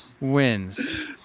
wins